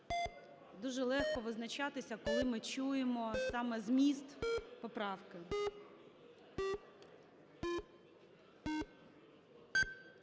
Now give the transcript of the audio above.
Дуже легко визначатися, коли ми чуємо саме зміст поправки.